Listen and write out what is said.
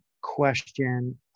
question